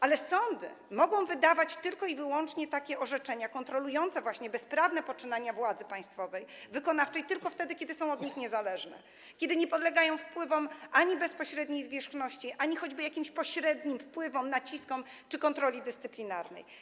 Ale sądy mogą wydawać takie orzeczenia kontrolujące bezprawne poczynania władzy państwowej wykonawczej tylko i wyłącznie wtedy, kiedy są od niej niezależne, kiedy nie podlegają wpływom ani bezpośredniej zwierzchności, ani choćby jakimś pośrednim wpływom, naciskom czy kontroli dyscyplinarnej.